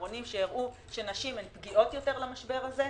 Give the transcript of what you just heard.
האחרונים שהראו שנשים פגיעות יותר למשבר הזה.